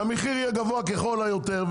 שהמחיר יהיה גבוה ככל היותר.